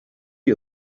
are